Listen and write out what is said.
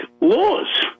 laws